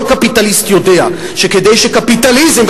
כל קפיטליסט יודע שכדי שקפיטליזם,